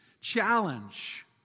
challenge